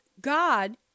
God